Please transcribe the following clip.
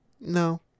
no